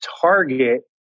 target